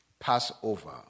Passover